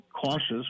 cautious